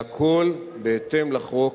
והכול בהתאם לחוק,